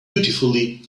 beautifully